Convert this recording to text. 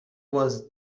was